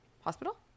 hospital